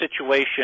situation